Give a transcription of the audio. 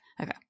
Okay